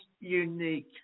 unique